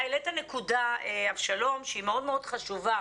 אתה העלית נקודה שהיא מאוד מאוד חשובה.